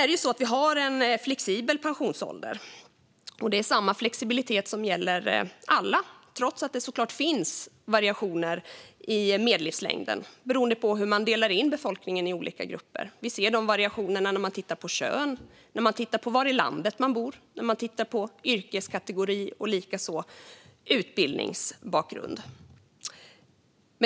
Det råder en flexibel pensionsålder, och det är samma flexibilitet som gäller alla trots att det såklart finns variationer i medellivslängden beroende på hur man delar in befolkningen i olika grupper. Vi ser variationerna när vi tittar på kön, var i landet man bor, yrkeskategori och utbildningsbakgrund.